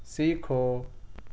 سیکھو